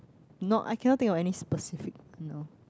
not I cannot think of any specific you know